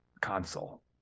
console